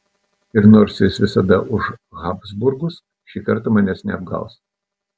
ir nors jis visada už habsburgus ši kartą manęs neapgaus